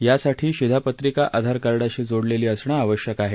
यासाठी शिधापत्रिका आधारकार्डाशी जोडलेली असणं आवश्यक आहे